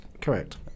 correct